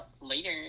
Later